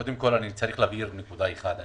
קודם כל אני צריך להבהיר נקודה אחת.